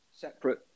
separate